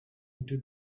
into